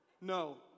No